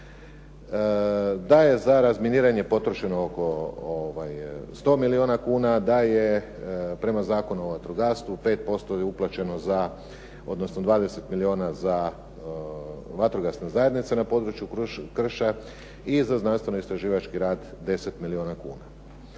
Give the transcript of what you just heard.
da je razminiranje potrošeno oko 100 milijuna kuna, da je prema Zakonu o vatrogastvu 5% je uplaćeno, odnosno 20 milijuna za vatrogasne zajednice na području krša i za znanstveno istraživači rad 10 milijuna kuna.